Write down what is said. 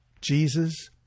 Jesus